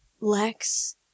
Lex